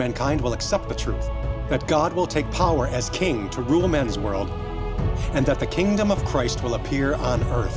mankind will accept the truth that god will take power as king to rule man's world and that the kingdom of christ will appear on earth